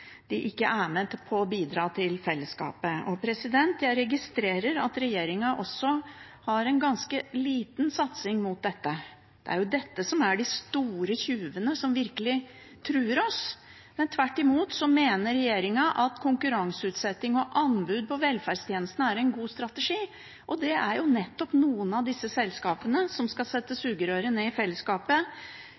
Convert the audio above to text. de ikke er med på å bidra til fellesskapet. Jeg registrerer at regjeringen har en ganske liten satsing mot dette. Det er jo dette som er de store tyvene som virkelig truer oss. Tvert imot mener regjeringen at konkurranseutsetting og anbud på velferdstjenestene er en god strategi, og det er jo nettopp noen av disse selskapene som skal sette sugerøret ned i fellesskapets kasse, ta ut milliarder og ikke bidra til fellesskapet